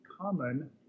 common